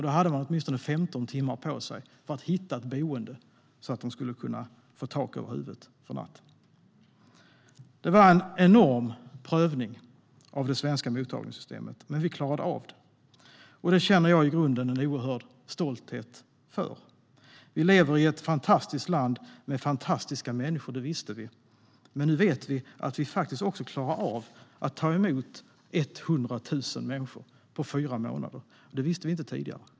Då hade man åtminstone 15 timmar på sig för att hitta ett boende så att de skulle kunna få tak över huvudet för natten. Det var en enorm prövning av det svenska mottagningssystemet, men vi klarade av det. Jag känner en i grunden oerhörd stolthet för detta. Vi lever i ett fantastiskt land med fantastiska människor. Det visste vi. Men nu vet vi att Sverige faktiskt också klarar av att ta emot 100 000 människor på fyra månader. Det visste vi inte tidigare.